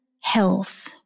health